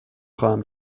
خواهم